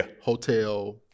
hotel